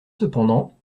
cependant